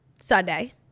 sunday